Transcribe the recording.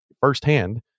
firsthand